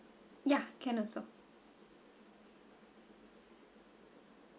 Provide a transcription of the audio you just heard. ya can also